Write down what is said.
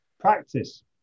practice